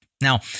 Now